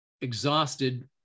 exhausted